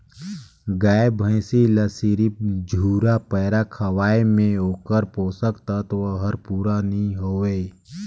गाय भइसी ल सिरिफ झुरा पैरा खवाये में ओखर पोषक तत्व हर पूरा नई होय